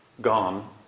gone